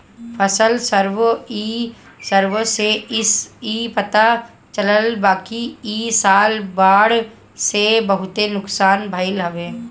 फसल सर्वे से इ पता चलल बाकि इ साल बाढ़ से बहुते नुकसान भइल हवे